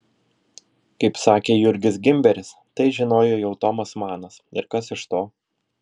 kaip sakė jurgis gimberis tai žinojo jau tomas manas ir kas iš to